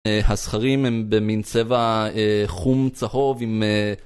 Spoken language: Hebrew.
הזכרים הם במין צבע חום צהוב עם...